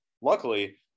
luckily